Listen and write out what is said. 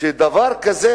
דבר כזה,